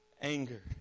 anger